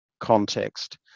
context